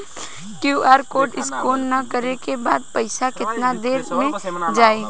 QR code scan न करे क बाद पइसा केतना देर म जाई?